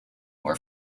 were